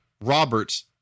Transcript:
Roberts